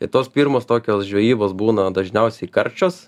i tos pirmos tokios žvejybos būna dažniausiai karčios